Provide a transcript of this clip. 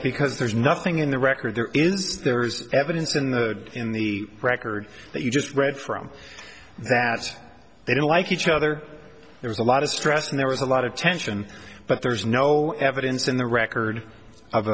because there's nothing in the record there is there is evidence in the in the record that you just read from that they don't like each other there's a lot of stress and there was a lot of tension but there's no evidence in the record of